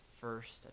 first